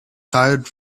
tired